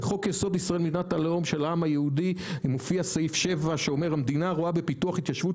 בחוק זה מופיע סעיף 7 שאומר: "המדינה רואה בפיתוח התיישבות